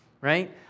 right